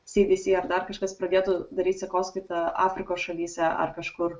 si di si ar dar kažkas pradėtų daryt sekoskaitą afrikos šalyse ar kažkur